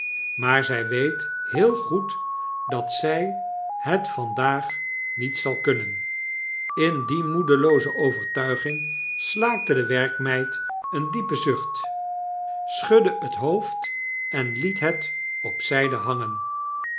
maar zij weet heel goed dat zg het vandaag niet zal kunnen in die moedelooze overtuiging slaakte dewerkmeid een diepen zucht schudde het hoofd en liet het op zgde hangen